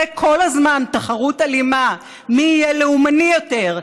כל הזמן תחרות אלימה מי יהיה לאומני יותר,